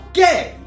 gay